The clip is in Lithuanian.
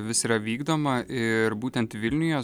vis yra vykdoma ir būtent vilniuje